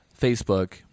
Facebook